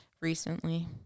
recently